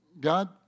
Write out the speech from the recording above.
God